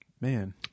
Man